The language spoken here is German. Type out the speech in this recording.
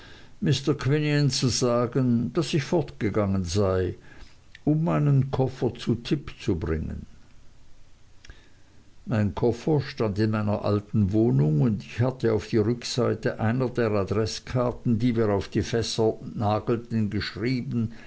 quinion zu sagen daß ich fortgegangen sei um meinen koffer zu tipp zu bringen mein koffer stand in meiner alten wohnung und ich hatte auf die rückseite einer der adreßkarten die wir auf die fässer nagelten geschrieben